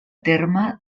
terme